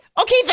Okay